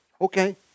Okay